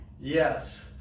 Yes